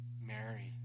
Mary